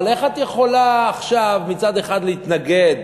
איך את יכולה עכשיו מצד אחד להתנגד